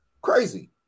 Crazy